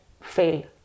fail